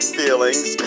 feelings